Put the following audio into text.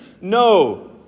No